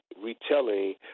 retelling